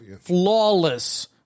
Flawless